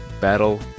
Battle